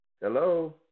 Hello